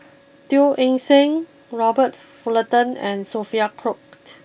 Teo Eng Seng Robert Fullerton and Sophia